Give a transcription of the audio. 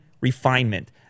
refinement